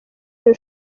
iri